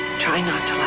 trying not